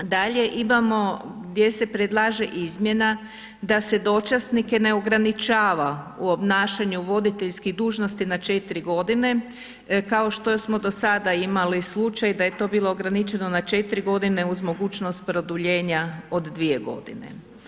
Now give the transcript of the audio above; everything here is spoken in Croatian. Dalje imamo gdje se predlaže izmjena da se dočasnike ne ograničava u obnašanju voditeljskih dužnosti na 4 godine, kao što smo do sada imali slučaj da je to bilo ograničeno na 4 godine uz mogućnost produljenja od 2 godine.